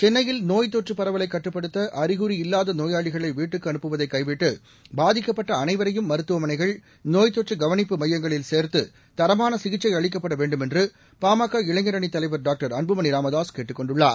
சென்னையில் நோய் தொற்று பரவலை கட்டுப்படுத்த அறிகுறி இல்லாத நோயாளிகளை வீட்டுக்கு அனுப்புவதை கைவிட்டு பாதிக்கப்பட்ட அனைவரையும் மருத்துவமனைகள் நோய் தொற்று கவனிப்பு மையங்களில் சேர்த்து தரமான சிகிச்சை அளிக்கப்பட வேண்டுமென்று பாமக இளைஞரணி தலைவர் டாக்டர் அன்புமணி ராமதாஸ் கேட்டுக் கொண்டுள்ளார்